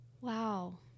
Wow